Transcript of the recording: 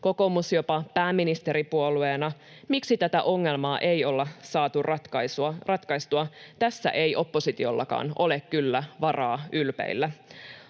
kokoomus jopa pääministeripuolueena, miksi tätä ongelmaa ei olla saatu ratkaistua. Tässä ei oppositiollakaan ole kyllä varaa ylpeillä.